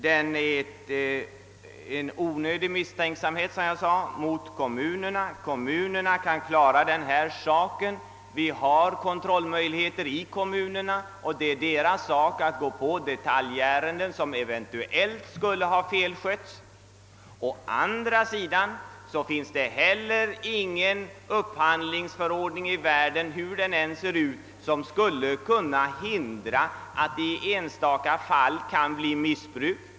Den innebär, som jag sade, en onödig misstänksamhet mot kommunerna. Dessa kan klara denna sak. De har kontrollmöjligheter i kommunerna. Det är deras sak att behandla detaljärenden som eventuellt skulle ha felskötts. Å andra sidan finns heller ingen upphandlingsförordning i världen, hur den än ser ut, som skulle kunna hindra, att det i enstaka fall kan bli missbruk.